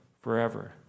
forever